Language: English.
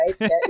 right